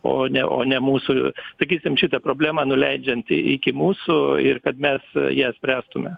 o ne o ne mūsų sakysim šitą problemą nuleidžiant į iki mūsų ir kad mes ją spręstume